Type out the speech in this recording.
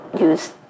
use